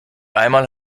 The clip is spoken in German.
einmal